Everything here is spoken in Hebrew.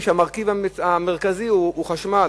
שהמרכיב המרכזי הוא חשמל,